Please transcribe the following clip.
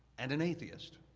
and an atheist.